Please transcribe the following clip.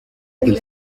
del